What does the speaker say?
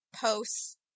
posts